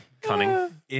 Cunning